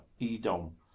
edom